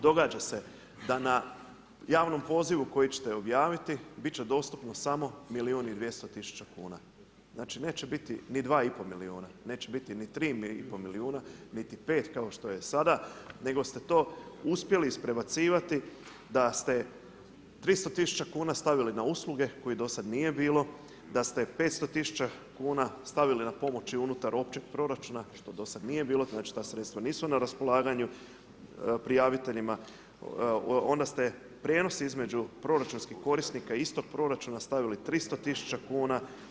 Događa se da na javnom pozivu koji ćete objaviti bit će dostupno samo milijun i 200 000 kuna, znači neće biti ni 2,5 milijuna, neće biti ni 3,5 milijuna niti 5 kao što je sada nego ste to uspjeli izprebacivati da ste 300 000 kuna stavili na usluge kojih do sad nije bilo, da ste 500 000 kuna stavili na pomoć unutar općeg proračuna što dosad nije bilo, znači ta sredstva nisu na raspolaganju prijaviteljima, onda ste prijenos između proračunskih korisnika istog proračuna stavili 300 000 kuna.